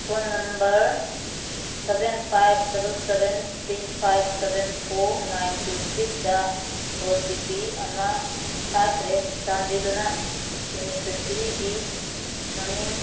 phone number seven five double seven three five seven four nine two ꯁꯤꯛꯁꯗ O T P ꯑꯃ ꯊꯥꯈ꯭ꯔꯦ ꯆꯥꯟꯕꯤꯗꯨꯅ ꯕꯦꯅꯤꯐꯤꯁꯔꯤꯒꯤ ꯃꯃꯤꯡ